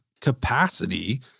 capacity